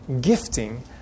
gifting